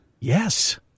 Yes